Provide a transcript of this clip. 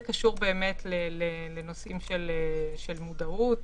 כולל לגבי הרכיבים של כניסות ממעברי גבול אחרים.